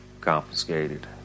confiscated